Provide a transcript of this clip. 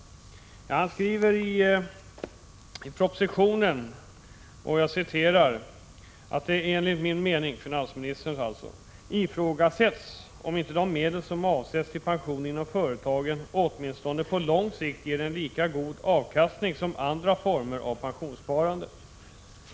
Finansministern skriver i propositionen bl.a.: Enligt min mening — alltså finansministerns — ifrågasätts om inte de medel som avsätts till pensioner inom företagen åtminstone på lång sikt ger en lika god avkastning som andra former av pensionssparande.